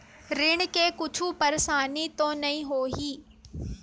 ऋण से कुछु परेशानी तो नहीं होही?